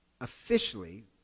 officially